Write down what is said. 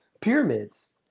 Pyramids